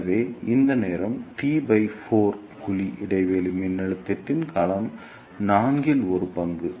எனவே இந்த நேரம் T 4 குழி இடைவெளி மின்னழுத்தத்தின் காலத்தின் நான்கில் ஒரு பங்கு